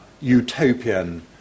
utopian